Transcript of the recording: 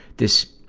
this,